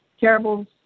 terrible